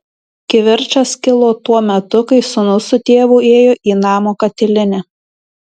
kivirčas kilo tuo metu kai sūnus su tėvu ėjo į namo katilinę